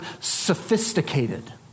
sophisticated